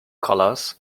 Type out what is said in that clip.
colours